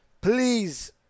please